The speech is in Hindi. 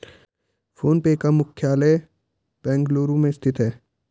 फोन पे का मुख्यालय बेंगलुरु में स्थित है